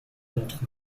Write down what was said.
contre